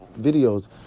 videos